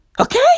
Okay